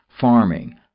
farming